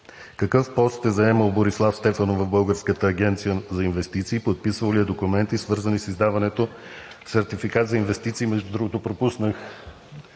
Какъв пост е заемал Борислав Стефанов в Българската агенция за инвестиции, подписвал ли е документи, свързани с издаването на Сертификат за инвестиции? Между другото, пропуснах,